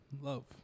love